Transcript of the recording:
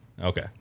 Okay